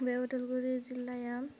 बे उदालगुरि जिल्लायाव